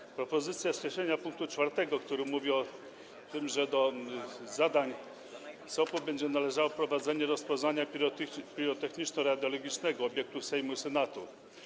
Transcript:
Jest propozycja skreślenia pkt 4, który mówi o tym, że do zadań SOP-u będzie należało prowadzenie rozpoznania pirotechniczno-radiologicznego obiektów Sejmu i Senatu.